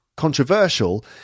controversial